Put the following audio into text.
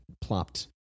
plopped